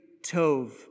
tov